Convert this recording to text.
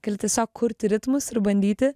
gal tiesiog kurti ritmus ir bandyti